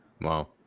Wow